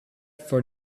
for